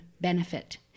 benefit